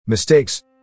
Mistakes